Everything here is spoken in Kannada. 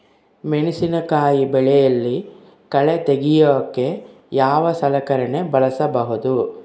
ಮೆಣಸಿನಕಾಯಿ ಬೆಳೆಯಲ್ಲಿ ಕಳೆ ತೆಗಿಯೋಕೆ ಯಾವ ಸಲಕರಣೆ ಬಳಸಬಹುದು?